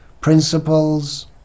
principles